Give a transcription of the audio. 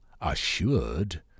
assured